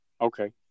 Okay